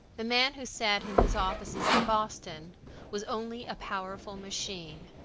the man who sat in his offices in boston was only a powerful machine.